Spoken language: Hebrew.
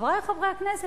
חברי חברי הכנסת,